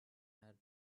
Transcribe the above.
add